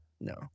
No